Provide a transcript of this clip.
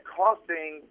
costing